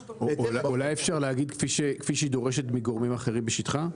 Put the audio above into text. אולי אפשר להגיד כפי שהיא דורשת מגורמים אחרים בשטחה?